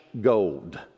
gold